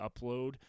upload